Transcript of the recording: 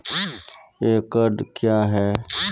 एकड कया हैं?